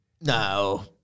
No